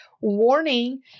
warning